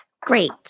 Great